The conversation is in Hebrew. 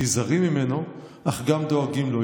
נזהרים ממנו אך גם דואגים לו.